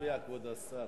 כבוד השר,